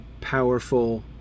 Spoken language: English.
powerful